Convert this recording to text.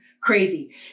Crazy